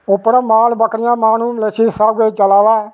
उप्परा माल बकरी माहनू सब किश चला दा ऐ